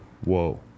Whoa